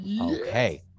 Okay